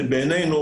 בעינינו,